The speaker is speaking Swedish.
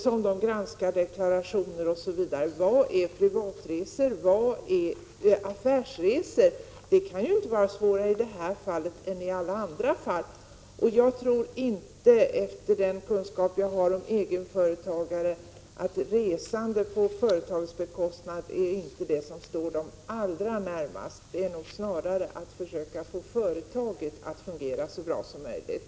När de granskar deklarationer och annat har de att ta ställning till vad som är privatresor och vad som är affärsresor. Det kan ju inte vara svårare att göra detta i samband med det här stödet än i alla andra sammanhang. Jag tror inte, med den kunskap jag har om egenföretagare, att resande på företagets bekostnad är det som står egenföretagarna allra närmast. Det är snarare att försöka få företaget att fungera så bra som möjligt.